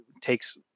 takes